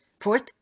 Fourth